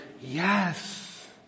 yes